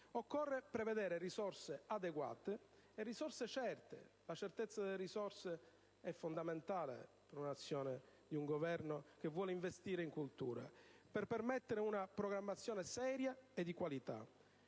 Occorre prevedere risorse adeguate e risorse certe - la certezza delle risorse è fondamentale per l'azione di un Governo che vuole investire nella cultura - per permettere una programmazione seria e di qualità.